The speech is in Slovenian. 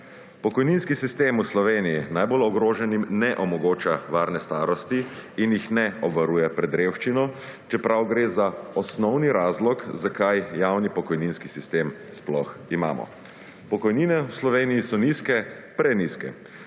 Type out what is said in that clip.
Pokojninski sistem v Sloveniji najbolj ogroženim ne omogoča varne starosti in jih ne obvaruje pred revščino, čeprav gre za osnovni razlog zakaj javni pokojninski sistem sploh imamo. Pokojnine v Sloveniji so nizke, prenizke.